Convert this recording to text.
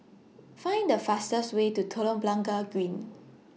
Find The fastest Way to Telok Blangah Green